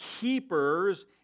keepers